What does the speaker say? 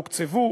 הוקצבו.